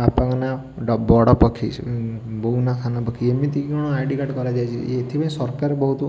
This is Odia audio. ବାପାଙ୍କ ନାଁ ଡ ବଡ଼ପକ୍ଷୀ ବୋଉ ନାଁ ସାନପକ୍ଷୀ ଏମିତି କ'ଣ ଆଇ ଡ଼ି କାର୍ଡ଼ କରାଯାଇଛି ଏଥିପାଇଁ ସରକାର ବହୁତ